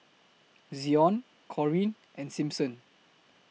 Zion Corean and Simpson